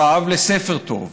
הרעב לספר טוב,